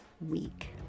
week